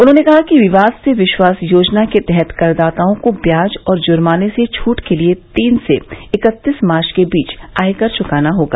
उन्होंने कहा कि विवाद से विश्वास योजना के तहत करदाताओं को ब्याज और जुर्माने से छूट के लिए तीन से इकत्तीस मार्च के बीच आयकर च्काना होगा